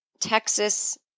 Texas